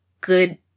good